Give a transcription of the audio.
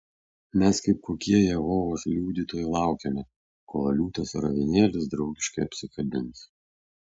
mes kaip kokie jehovos liudytojai laukiame kol liūtas ir avinėlis draugiškai apsikabins